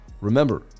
remember